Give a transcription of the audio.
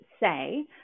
say